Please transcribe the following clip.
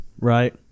right